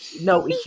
No